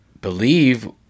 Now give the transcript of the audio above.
believe